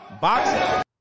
boxing